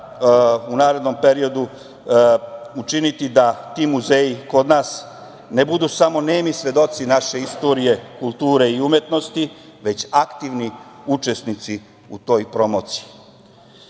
u narednom periodu učiniti da ti muzeji kod nas ne budu samo nemi svedoci naše istorije, kulture i umetnosti, već aktivni učesnici u toj promociji. Ja